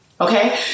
Okay